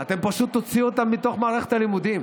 אתם פשוט תוציאו אותם מתוך מערכת הלימודים,